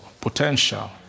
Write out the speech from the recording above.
potential